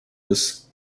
des